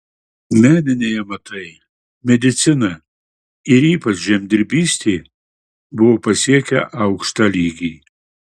meniniai amatai medicina ir ypač žemdirbystė buvo pasiekę aukštą lygį